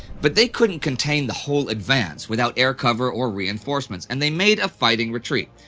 but they couldn't contain the whole advance without air cover or reinforcements, and they made a fighting retreat.